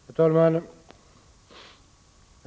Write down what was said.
Herr talman!